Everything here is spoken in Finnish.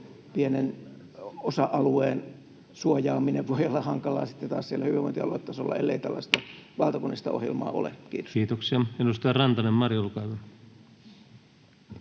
pienen osa-alueen suojaaminen voi olla hankalaa siellä hyvinvointialuetasolla, ellei tällaista valtakunnallista ohjelmaa ole. — Kiitos. Kiitoksia. — Edustaja Rantanen, Mari, olkaa